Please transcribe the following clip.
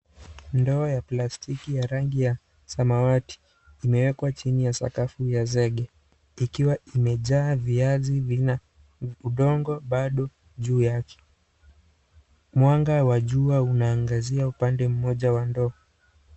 Ndoa ya plastiki ya rangi ya samawati imewekwa chini ya sakafu ya zege ikiwa imejaa viazi vina udongo bado juu yake. Mwanga wa jua unaangazia upande mmoja wa ndoo.